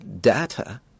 data